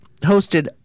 hosted